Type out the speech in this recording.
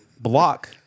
block